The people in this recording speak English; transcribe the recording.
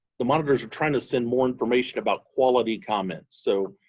the monitors are trying to send more information about quality comments. so,